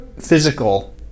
physical